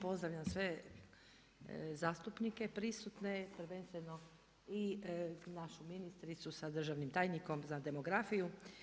Pozdravljam sve zastupnike prisutne prvenstveno i našu ministricu sa državnim tajnikom za demografiju.